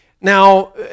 Now